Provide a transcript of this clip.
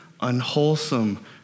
unwholesome